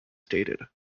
stated